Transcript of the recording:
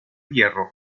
hierro